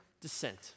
descent